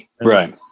Right